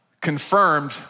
confirmed